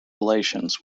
relations